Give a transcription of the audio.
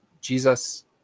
Jesus